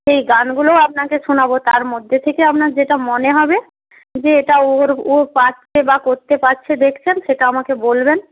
সেই গানগুলোও আপনাকে শোনাব তার মধ্যে থেকে আপনার যেটা মনে হবে যে এটা ওর ও পারছে বা করতে পারছে দেখছেন সেটা আমাকে বলবেন